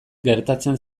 gertatzen